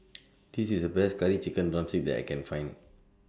This IS The Best Curry Chicken Drumstick that I Can Find